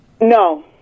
No